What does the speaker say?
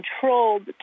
controlled